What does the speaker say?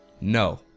no